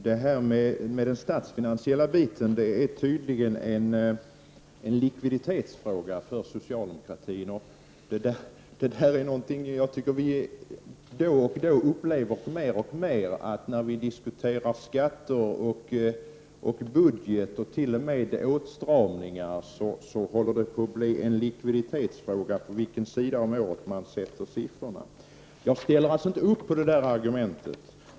Herr talman! Den statsfinansiella sidan är för socialdemokratin tydligen en likviditetsfråga. I diskussioner om skatter, budget och t.o.m. åtstramningar blir det mer och mer en likviditetsfråga på vilken sida av året siffrorna skall placeras. Jag accepterar inte den synen.